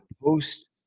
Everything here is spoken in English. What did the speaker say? post